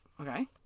okay